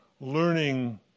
learning